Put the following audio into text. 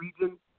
region